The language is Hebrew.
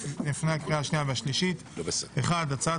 לפני הקריאה השנייה והשלישית: 1.הצעת